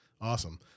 awesome